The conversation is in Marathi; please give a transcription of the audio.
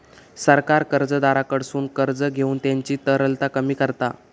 सरकार कर्जदाराकडसून कर्ज घेऊन त्यांची तरलता कमी करता